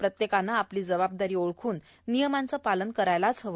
प्रत्येकाने आपली जबाबदारी ओळखून नियमांचे पालन करायलाच हवे